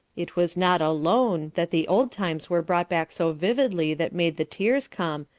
it was not alone that the old times were brought back so vividly that made the tears come,